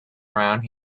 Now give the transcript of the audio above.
around